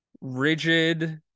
rigid